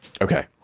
Okay